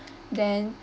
then